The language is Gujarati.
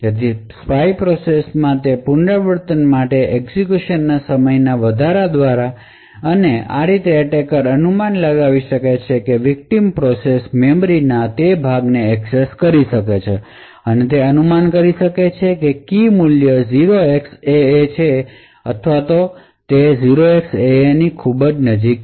તેથી સ્પાય પ્રોસેસ માં તે પુનરાવૃત્તિ માટે એક્ઝેક્યુશનના સમયના વધારા દ્વારા અને આ રીતે એટેકર અનુમાન લગાવી શકે છે કે વિકટીમ પ્રોસેસ મેમરી ના તે ભાગને એક્સેસ કરી છે અને તે અનુમાન કરી શકે છે કે કી મૂલ્ય 0xAA છે અથવા કંઈક ખૂબ જ 0xAA ની નજીક